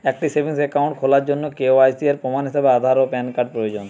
একটি savings account খোলার জন্য কে.ওয়াই.সি এর প্রমাণ হিসাবে আধার ও প্যান কার্ড প্রয়োজন